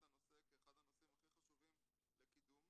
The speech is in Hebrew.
הנושא כאחד הנושאים הכי חשובים לקידום,